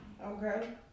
Okay